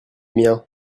miens